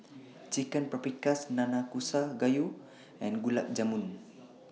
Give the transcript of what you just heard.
Chicken Paprikas Nanakusa Gayu and Gulab Jamun